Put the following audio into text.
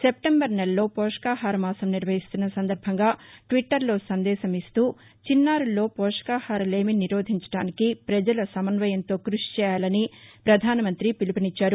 September నెలలో పోషకాహార మాసంం నిర్వహిస్తున్న సందర్బంగా ట్విట్టర్లో సందేశం ఇస్తూ చిన్నారుల్లో పోషకాహార లేమిని నిరోధించడానికి ప్రజలు సమస్వయంతో కృషి చేయాలని పిలుపునిచ్చారు